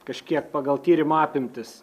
kažkiek pagal tyrimų apimtis